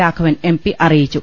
Raghavan MP അറിയിച്ചു